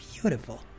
beautiful